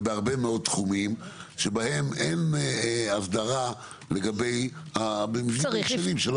ובהרבה מאוד תחומים שבהם אין אסדרה לגבי המבנים הישנים.